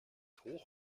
hoch